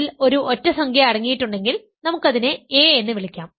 അതിൽ ഒരു ഒറ്റ സംഖ്യ അടങ്ങിയിട്ടുണ്ടെങ്കിൽ നമുക്ക് അതിനെ a എന്ന് വിളിക്കാം